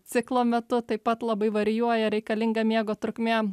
ciklo metu taip pat labai varijuoja reikalinga miego trukmė